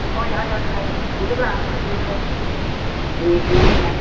सय हाजार गाहाम थांदोंब्रा माथो जोंनिथिंजोंहाय